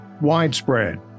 Widespread